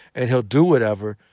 and he'll do whatever,